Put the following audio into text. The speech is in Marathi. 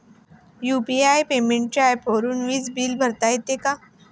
यु.पी.आय पेमेंटच्या ऍपवरुन वीज बिल भरता येते का?